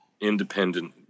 independent